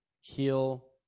heal